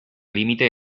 límite